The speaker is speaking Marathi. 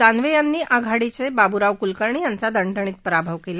दानवे यांनी आघाडीच्या बाबूराव कुलकर्णी यांचा दणदणीत पराभव केला